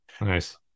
Nice